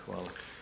Hvala.